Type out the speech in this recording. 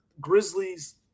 Grizzlies